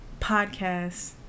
podcast